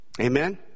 Amen